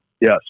yes